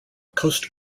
coast